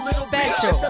special